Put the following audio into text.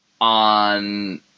on